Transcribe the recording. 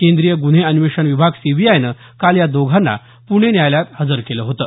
केंद्रीय गुन्हे अन्वेषण विभाग सीबीआयनं काल या दोघांना प्णे न्यायालयात हजर केलं होतं